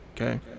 Okay